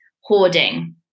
hoarding